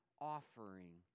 offering